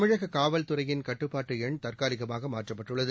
தமிழக காவல் துறையின் கட்டுப்பாட்டு எண் தற்காலிகமாக மாற்றப்பட்டுள்ளது